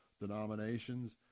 denominations